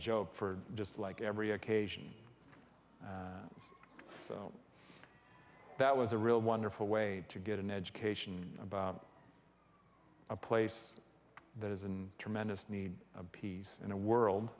joke for just like every occasion so that was a real wonderful way to get an education about a place that is in tremendous need of peace in the world